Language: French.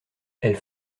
elles